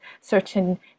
certain